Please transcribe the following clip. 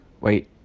Wait